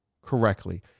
correctly